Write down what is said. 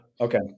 Okay